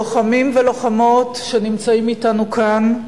לוחמים ולוחמות שנמצאים אתנו כאן,